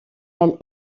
elle